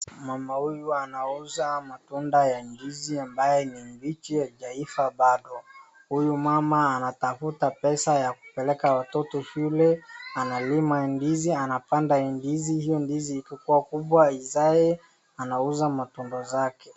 Mama huyu anauza matunda ya ndizi ambayo ni mbichi haijaiva bado. Huyu mama anatafuta pesa ya kupeleka watoto shule. Analima ndizi anapanda ndizi, hizo ndizi ikikuwa kubwa izae anauza matunda zake.